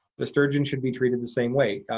the sturgeon should be treated the same way.